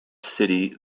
city